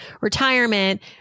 retirement